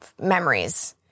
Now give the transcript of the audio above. memories